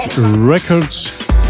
Records